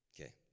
Okay